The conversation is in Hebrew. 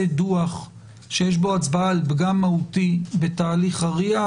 דוח שיש בו הצבעה על פגם מהותי בתהליך הרי"ע,